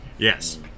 Yes